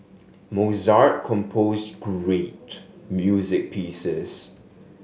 Mozart composed great music pieces